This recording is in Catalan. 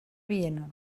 viena